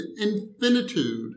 infinitude